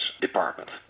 department